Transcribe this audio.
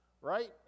Right